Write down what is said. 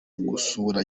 gusura